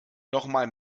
nochmal